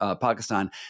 Pakistan